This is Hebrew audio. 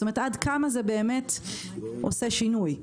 כלומר עד כמה זה באמת עושה שינוי.